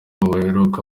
baheruka